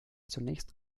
zunächst